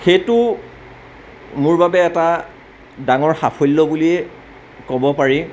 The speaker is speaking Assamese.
সেইটো মোৰ বাবে এটা ডাঙৰ সাফল্য বুলিয়ে ক'ব পাৰি